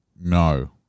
No